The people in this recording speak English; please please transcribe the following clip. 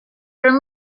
room